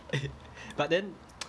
but then